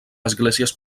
esglésies